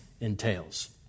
entails